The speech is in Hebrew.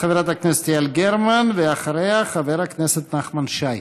חברת הכנסת יעל גרמן, ואחריה, חבר הכנסת נחמן שי.